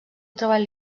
treball